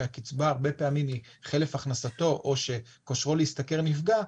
שהקצבה הרבה פעמים היא חלף הכנסתו או שכושרו להשתכר נפגע,